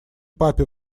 папе